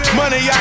money